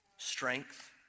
Strength